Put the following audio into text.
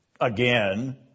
again